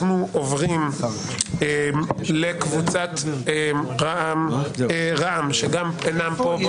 אנחנו עוברים לקבוצת רע"מ, שגם אינם פה.